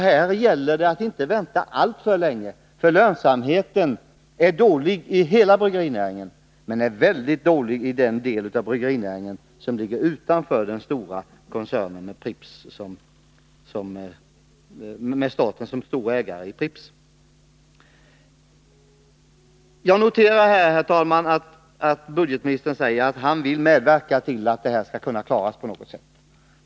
Här gäller det att inte vänta alltför länge, för lönsamheten är dålig i hela bryggerinäringen, men den är särskilt dålig i den del av bryggerinäringen som ligger utanför Prippskoncernen med staten som den stora ägaren. Jag noterar, herr talman, att budgetministern säger att han vill medverka till att det här skall kunna klaras på något sätt.